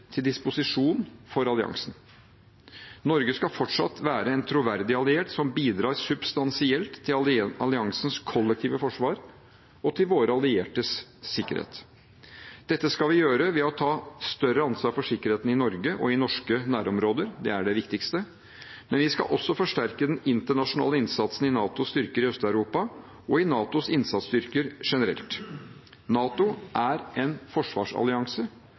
til disposisjon for alliansen. Norge skal fortsatt være en troverdig alliert som bidrar substansielt til alliansens kollektive forsvar og til våre alliertes sikkerhet. Dette skal vi gjøre ved å ta større ansvar for sikkerheten i Norge og i norske nærområder – det er det viktigste – men vi skal også forsterke den internasjonale innsatsen i NATOs styrker i Øst-Europa og i NATOs innsatsstyrker generelt. NATO er en forsvarsallianse.